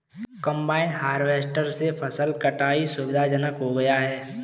combine harvester से फसल कटाई सुविधाजनक हो गया है